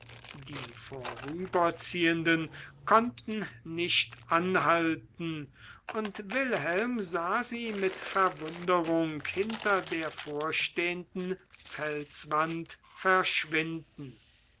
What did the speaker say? die vorüberziehenden konnten nicht anhalten und wilhelm sah sie mit verwunderung hinter der vorstehenden felswand verschwinden